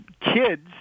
kids